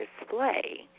display